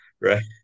right